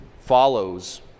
follows